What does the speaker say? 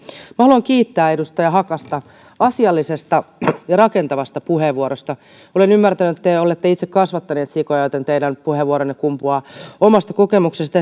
haluan kiittää edustaja hakasta asiallisesta ja rakentavasta puheenvuorosta olen ymmärtänyt että te olette itse kasvattanut sikoja joten teidän puheenvuoronne kumpuaa omasta kokemuksesta